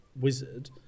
Wizard